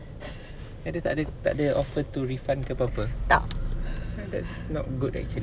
tak